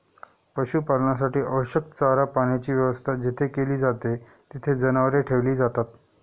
पशुपालनासाठी आवश्यक चारा पाण्याची व्यवस्था जेथे केली जाते, तेथे जनावरे ठेवली जातात